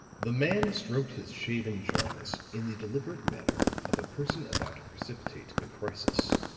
the man stroked his shaven jaws in the deliberate manner of a person about to precipitate a crisis.